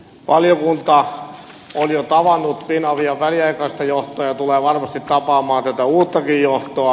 valiokunta on jo tavannut finavian väliaikaista johtoa ja tulee varmasti tapaamaan tätä uuttakin johtoa